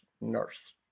nurse